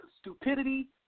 stupidity